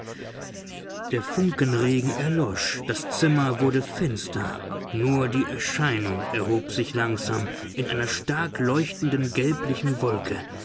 der funkenregen erlosch das zimmer wurde finster nur die erscheinung erhob sich langsam in einer stark leuchtenden gelblichen wolke